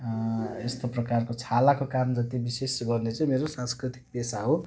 यस्तो प्रकारको छालाको काम जति विशेष गर्ने चाहिँ मेरो सांस्कृतिक पेसा हो